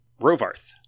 Rovarth